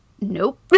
nope